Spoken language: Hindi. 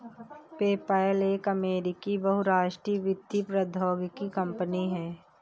पेपैल एक अमेरिकी बहुराष्ट्रीय वित्तीय प्रौद्योगिकी कंपनी है